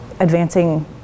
Advancing